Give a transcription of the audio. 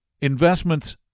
Investments